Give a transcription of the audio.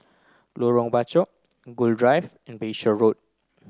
Lorong Bachok Gul Drive and Bayshore Road